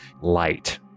light